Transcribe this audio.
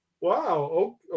wow